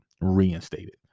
reinstated